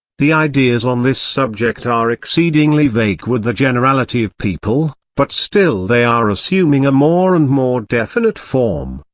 the ideas on this subject are exceedingly vague with the generality of people, but still they are assuming a more and more definite form,